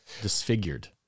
disfigured